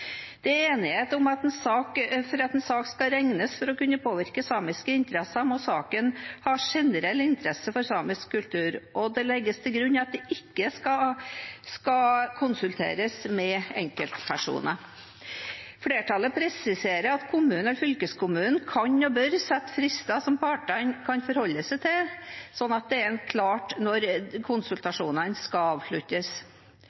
er enighet om at for at en sak skal regnes for å kunne påvirke samiske interesser, må saken ha generell interesse for samisk kultur, og det legges til grunn at det ikke skal konsulteres med enkeltpersoner. Flertallet presiserer at kommunen og fylkeskommunen kan og bør sette frister som partene kan forholde seg til, sånn at det er klart når